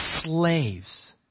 slaves